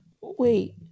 Wait